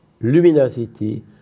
luminosity